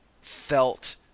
felt